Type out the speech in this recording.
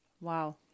Wow